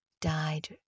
died